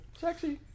Sexy